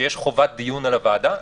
שיש חובת דיון לוועדה?